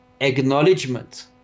acknowledgement